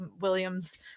Williams